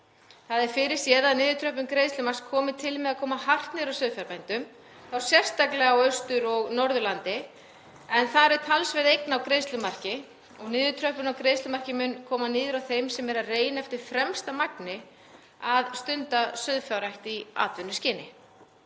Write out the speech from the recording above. Það er fyrirséð að niðurtröppun greiðslumarks kemur til með að koma hart niður á sauðfjárbændum, þá sérstaklega á Austur- og Norðurlandi. Þar er talsverð eign á greiðslumarki og niðurtröppun á greiðslumarki mun koma niður á þeim sem eru að reyna eftir fremsta megni að stunda sauðfjárrækt í atvinnuskyni.